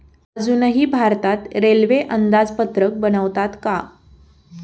अजूनही भारतात रेल्वे अंदाजपत्रक बनवतात का?